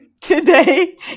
today